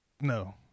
No